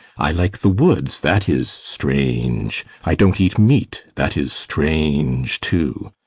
i like the woods that is strange. i don't eat meat that is strange, too.